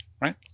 right